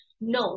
No